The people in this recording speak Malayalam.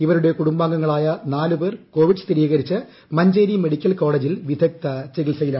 ഇവരുടെ കുടുംബാംഗങ്ങളായ നാല് പേർ കോവിഡ് സ്ഥിരീകരിച്ച് മഞ്ചേരി മെഡിക്കൽ കോളേജിൽ വിദഗ്ധ ചികിത്സയിലാണ്